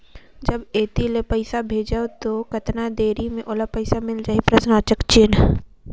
जब इत्ते ले पइसा भेजवं तो कतना देरी मे ओला पइसा मिल जाही?